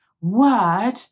word